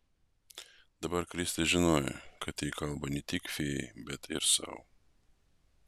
dabar kristė žinojo kad ji kalba ne tik fėjai bet ir sau